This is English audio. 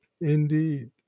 indeed